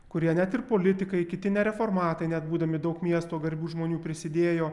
kurie net ir politikai kiti ne reformatai net būdami daug miesto garbių žmonių prisidėjo